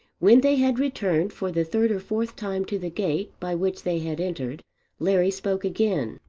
when they had returned for the third or fourth time to the gate by which they had entered larry spoke again.